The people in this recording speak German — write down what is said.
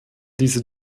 diese